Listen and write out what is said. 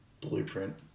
blueprint